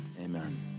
amen